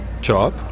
job